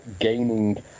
gaining